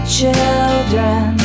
children